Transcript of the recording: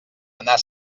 anar